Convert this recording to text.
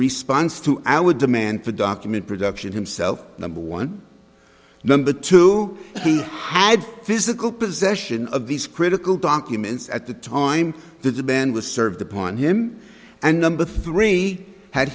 response to our demand for document production himself number one number two he had physical possession of these critical documents at the time the demand was served upon him and number three had